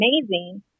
amazing